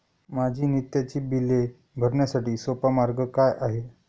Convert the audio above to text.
माझी नित्याची बिले भरण्यासाठी सोपा मार्ग काय आहे?